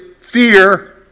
fear